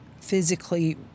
physically